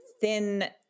thin